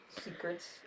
secrets